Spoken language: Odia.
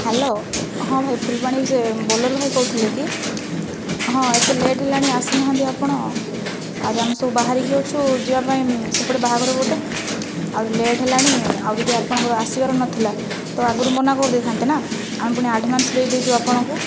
ହ୍ୟାଲୋ ହଁ ଭାଇ ଫୁଲବାଣୀରୁ ସେ ବୋଲେରୋ ଭାଇ କହୁଥିଲେ କି ହଁ ଏତେ ଲେଟ୍ ହେଲାଣି ଆସିନାହାନ୍ତି ଆପଣ ଆହୁରି ଆମେ ସବୁ ବାହରିକି ଅଛୁ ଯିବା ପାଇଁ ସେପଟେ ବାହାଘର ଗୋଟିଏ ଆହୁରି ଲେଟ୍ ହେଲାଣି ଆଉ ଯଦି ଆପଣଙ୍କର ଆସିବାର ନଥିଲା ତ' ଆଗରୁ ମନା କରିଦେଇଥାନ୍ତେ ନା ଆମେ ପୁଣି ଆଡ଼ଭାନ୍ସ ଦେଇଦେଇଛୁ ଆପଣଙ୍କୁ